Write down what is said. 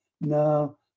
no